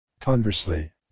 Conversely